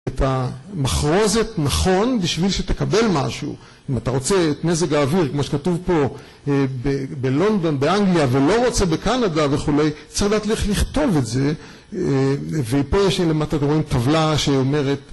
את המחרוזת נכון בשביל שתקבל משהו אם אתה רוצה את מזג האוויר, כמו שכתוב פה בלונדון, באנגליה, ולא רוצה בקנדה וכולי צריך לדעת איך לכתוב את זה ופה יש למטה, אתם רואים, טבלה שאומרת